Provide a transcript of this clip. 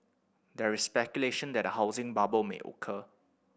there is speculation that a housing bubble may occur